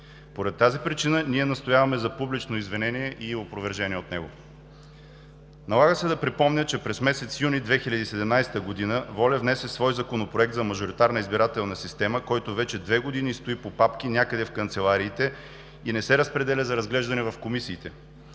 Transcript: Поради тази причина ние настояваме за публично извинение и опровержение от него. Налага се да припомня, че през месец юни 2017 г. ВОЛЯ внесе свой законопроект за мажоритарна избирателна система, който вече две години стои по папки някъде в канцелариите и не се разпределя за разглеждане в комисиите.